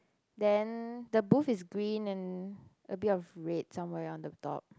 then the booth is green and a bit of red somewhere on the top